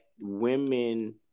women